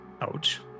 ouch